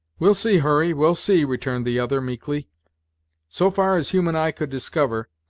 we'll see, hurry, we'll see, returned the other, meekly so far as human eye could discover,